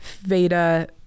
Veda